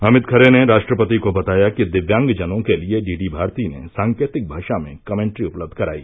अमित खरे ने राष्ट्रपति को बताया कि दिव्यांगजनों के लिए डीडी भारती ने सांकेतिक भाषा में कमेंट्री उपलब्ध कराई